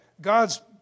God's